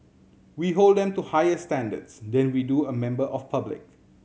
we hold them to higher standards than we do a member of public